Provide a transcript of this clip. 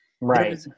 Right